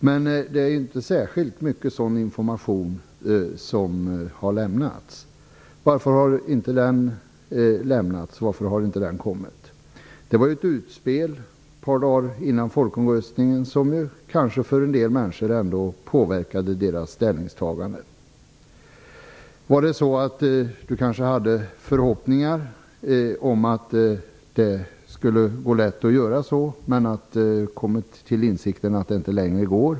Men det är inte särskilt mycket sådan information som har lämnats. Varför har den inte lämnats? Varför har den inte kommit? Detta var ju ett utspel ett par dagar innan folkomröstningen som kanske påverkade en del människors ställningstagande. Var det så att Mats Hellström hade förhoppningar om att det skulle gå lätt att göra så och sedan kommit till insikt om att det inte längre går?